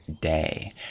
day